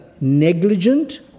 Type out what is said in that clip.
negligent